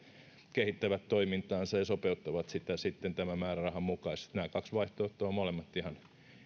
kehittävät toimintaansa ja sopeuttavat sitä sitten tämän määrärahan mukaisesti nämä kaksi vaihtoehtoa